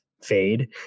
fade